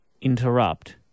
interrupt